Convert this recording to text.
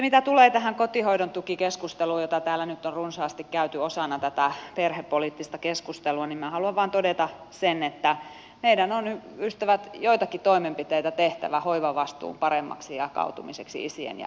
mitä tulee tähän kotihoidon tukikeskusteluun jota täällä nyt on runsaasti käyty osana tätä perhepoliittista keskustelua niin minä haluan vain todeta sen että meidän on ystävät joitakin toimenpiteitä tehtävä hoivavastuun paremmaksi jakautumiseksi isien ja äitien kesken